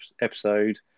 episode